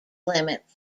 limits